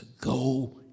go